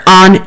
on